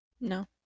no